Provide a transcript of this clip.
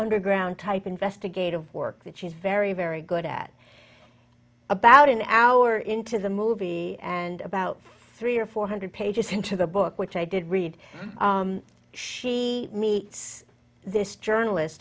underground type investigative work that she's very very good at about an hour into the movie and about three or four hundred pages into the book which i did read she meets this journalist